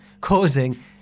causing